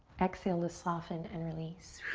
exhale to soften and release.